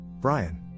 Brian